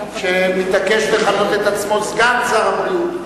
שמתעקש לכנות את עצמו סגן שר הבריאות.